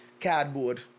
cardboard